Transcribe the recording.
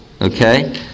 Okay